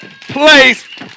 place